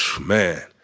Man